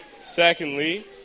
Secondly